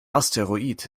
asteroid